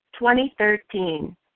2013